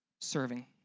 serving